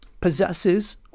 possesses